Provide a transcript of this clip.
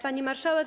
Pani Marszałek!